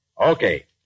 Okay